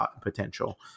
potential